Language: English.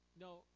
No